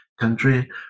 country